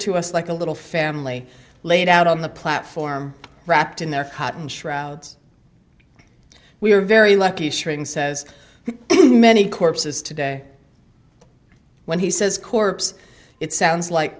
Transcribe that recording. to us like a little family laid out on the platform wrapped in their cotton shrouds we are very lucky shearing says many corpses today when he says corpse it sounds like